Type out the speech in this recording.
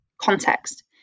context